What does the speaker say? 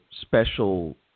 special